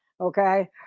Okay